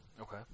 Okay